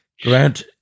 Grant